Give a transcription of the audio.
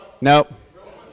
Nope